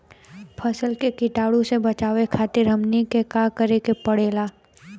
फसल के कीटाणु से बचावे खातिर हमनी के का करे के पड़ेला?